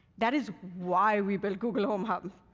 that is why we built google home hub.